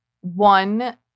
one